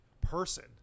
person